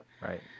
Right